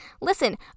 Listen